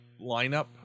lineup